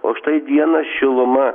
o štai dieną šiluma